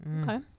Okay